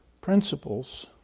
principles